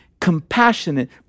compassionate